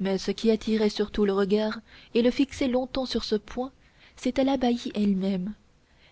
mais ce qui attirait surtout le regard et le fixait longtemps sur ce point c'était l'abbaye elle-même